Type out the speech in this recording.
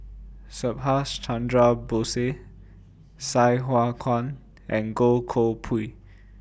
Subhas Chandra Bose Sai Hua Kuan and Goh Koh Pui